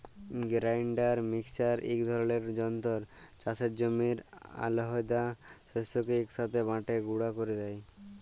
grinder mixer ইক ধরলের যল্তর চাষের জমির আলহেদা শস্যকে ইকসাথে বাঁটে গুঁড়া ক্যরে দেই